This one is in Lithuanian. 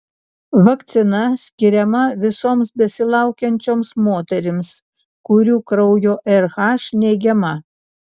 vakcina skiriama visoms besilaukiančioms moterims kurių kraujo rh neigiama